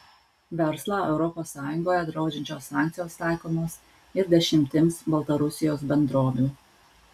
verslą europos sąjungoje draudžiančios sankcijos taikomos ir dešimtims baltarusijos bendrovių